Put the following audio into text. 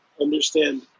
understand